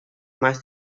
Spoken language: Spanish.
más